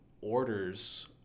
orders